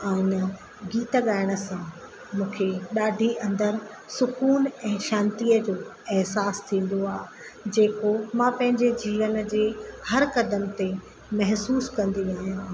ऐं इन जो गीत ॻाइण सां मुखे ॾाढी अंदरि सुक़ूनु ऐं शांतिअ जो अहसास थींदो आहे जेको मां पंहिंजे जीवन जे हर कदम ते महसूस कंदी आहियां